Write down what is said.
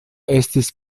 estis